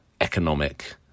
economic